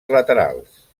laterals